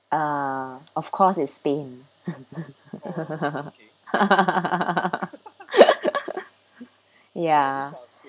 uh of course it's spain ya